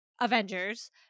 Avengers